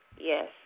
Yes